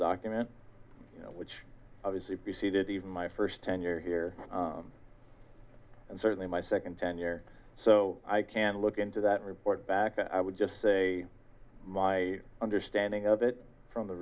document which obviously preceded even my first tenure here and certainly my second tenure so i can look into that report back i would just say my understanding of it from the